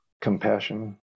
compassion